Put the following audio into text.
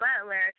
Butler